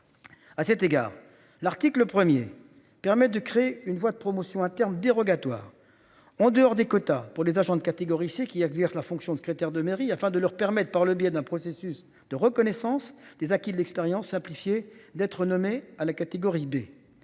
À cet égard l'Arctique le 1er permet de créer une voie de promotion interne dérogatoire en dehors des quotas pour les agents de catégorie C, qui exerce la fonction de secrétaire de mairie afin de leur permettent par le biais d'un processus de reconnaissance des acquis de l'expérience simplifiée d'être nommé à la catégorie B,